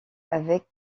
avec